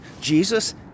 Jesus